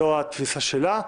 זו התפיסה שלה.